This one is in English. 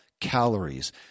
calories